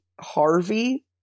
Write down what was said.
Harvey